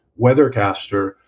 weathercaster